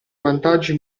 vantaggi